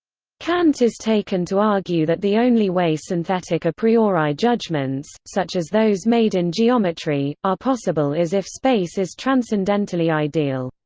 kant is taken to argue that the only way synthetic a priori judgments, such as those made in geometry, are possible is if space is transcendentally ideal.